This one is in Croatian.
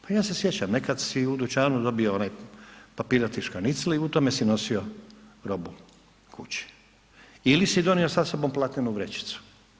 Pa ja se sjećam, nekad si u dućanu dobio onaj papirnati škanicl i u tome si nosio robu kući ili si donio sa sobom platnenu vrećicu.